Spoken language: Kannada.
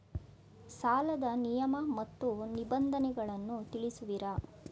ಸಾಲದ ನಿಯಮ ಮತ್ತು ನಿಬಂಧನೆಗಳನ್ನು ತಿಳಿಸುವಿರಾ?